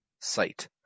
sight